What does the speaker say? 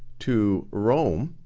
to rome.